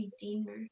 redeemer